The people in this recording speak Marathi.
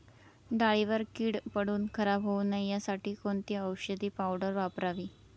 डाळीवर कीड पडून खराब होऊ नये यासाठी कोणती औषधी पावडर वापरावी?